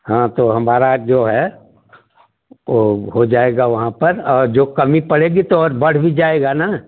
हाँ तो हमारा जो है वो हो जाएगा वहाँ पर और जो कमी पड़ेगी तो और बढ़ भी जाएगा ना